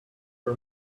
her